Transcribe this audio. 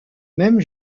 même